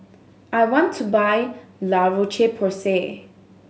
I want to buy La Roche Porsay